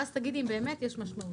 ואז תגידי אם באמת יש משמעות.